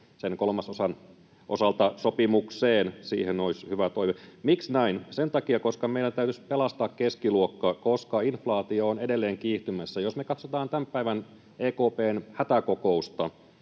sen kolmasosan osalta sopimukseen — siihen olisi hyvä toive. Miksi näin? Sen takia, koska meidän täytyisi pelastaa keskiluokka, koska inflaatio on edelleen kiihtymässä. Jos me katsotaan tämän päivän EKP:n hätäkokousta,